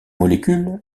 molécule